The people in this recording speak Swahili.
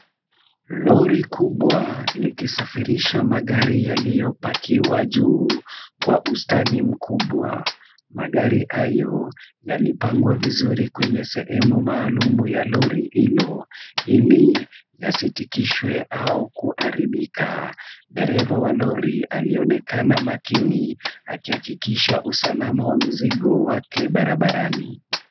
Lori kubwa likisafirisha magari yaliyopakiwa juu kwa ustadi mkubwa. Magari hayo yalipangwa vizuri kwenye sehemu maalum ya lori hilo ili yasikitishwe au kuharibika. Dereva wa lori alionekana makini akihakikisha usalama wa mzigo wake barabarani.